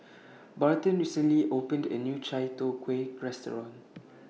Barton recently opened A New Chai Tow Kway Restaurant